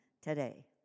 today